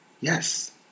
Yes